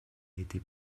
été